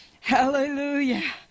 Hallelujah